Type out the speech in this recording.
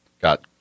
got